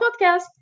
podcast